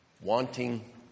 wanting